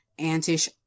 antish